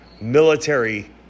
military